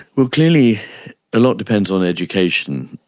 well, clearly a lot depends on education.